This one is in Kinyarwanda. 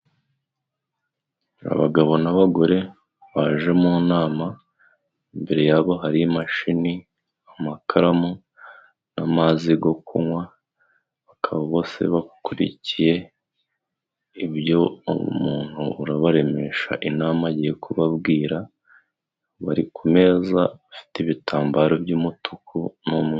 Abagabo n'abagore baje mu nama, imbere yabo hari imashini, amakaramu n'amazi go kunywa bakaba bose bakurikiye ibyo umuntu urabaremesha inama agiye kubabwira, bari ku meza afite ibitambaro by'umutuku n'umweru.